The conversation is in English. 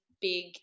big